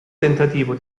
tentativo